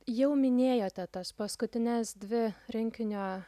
jau minėjote tas paskutines dvi rinkinio